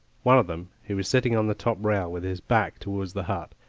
one of them, who was sitting on the top rail with his back towards the hut,